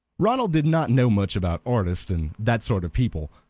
ronald did not know much about artists and that sort of people,